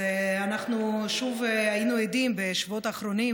אז אנחנו שוב היינו עדים בשבועות האחרונים